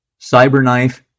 CyberKnife